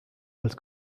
als